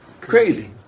Crazy